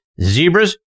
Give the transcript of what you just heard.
Zebras